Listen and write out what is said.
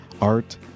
art